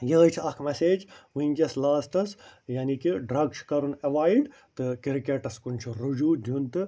یِہٲے چھِ اَکھ مسیج وُنٛکیٚس لاسٹَس یعنی کہِ ڈرٛگ چھُ کَرُن ایٚوایڈ تہٕ کرکٹس کُن چھُ رُجوع دیُن تہٕ